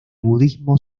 budismo